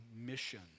mission